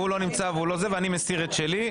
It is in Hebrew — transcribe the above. הוא לא נמצא ואני מסיר את שלי.